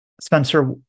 Spencer